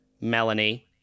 Melanie